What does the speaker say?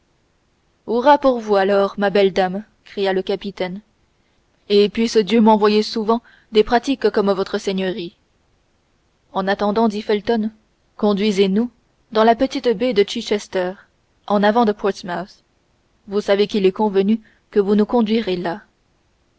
hurrah pour vous alors ma belle dame cria le capitaine et puisse dieu m'envoyer souvent des pratiques comme votre seigneurie en attendant dit felton conduisez nous dans la petite baie de chichester en avant de portsmouth vous savez qu'il est convenu que vous nous conduirez là